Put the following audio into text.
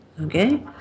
Okay